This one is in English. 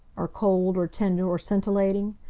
or cold, or tender or scintillating?